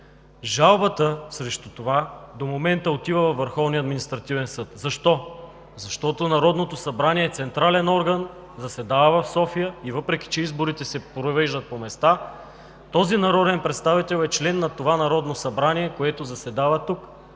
Жалбата срещу това до момента отива във Върховния административен съд. Защо? Защото Народното събрание е централен орган, заседава в София и въпреки че изборите се провеждат по места, този народен представител е член на това Народно събрание, което заседава тук.